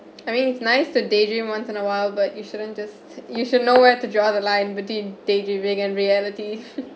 I mean it's nice to daydream once in awhile but you shouldn't just you should know where to draw the line between day dreaming and reality